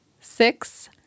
six